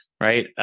Right